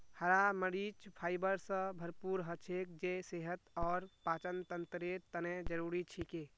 हरा मरीच फाइबर स भरपूर हछेक जे सेहत और पाचनतंत्रेर तने जरुरी छिके